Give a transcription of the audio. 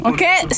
Okay